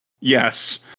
yes